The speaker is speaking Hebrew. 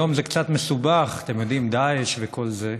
היום זה קצת מסובך, אתם יודעים, דאעש וכל זה.